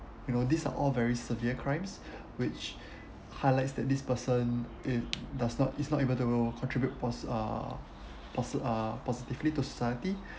you know these are all very severe crimes which highlights that this person it does not is not able to contribute pos~ uh pos~ uh positively to society